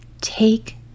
take